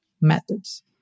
methods